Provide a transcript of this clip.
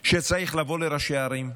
שצריך לבוא לראשי הערים,